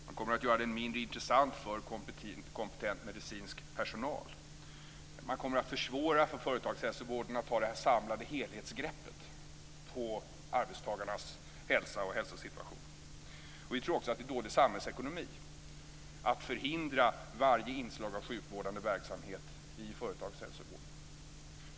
Man kommer då att göra den mindre intressant för kompetent medicinsk personal och man kommer att försvåra för företagshälsovården att ta ett samlat helhetsgrepp om arbetstagarnas hälsa och hälsosituation. Vi tror också att det är dålig samhällsekonomi att förhindra varje inslag av sjukvårdande verksamhet i företagshälsovården.